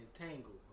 entangled